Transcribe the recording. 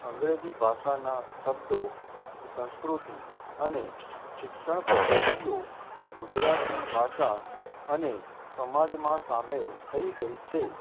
અંગ્રેજી ભાષાના શબ્દો સંસ્કૃતિ અને શિક્ષણ પદ્ધતિઓ ગુજરાતી ભાષા અને સમાજમાં સામેલ થઈ ગઈ છે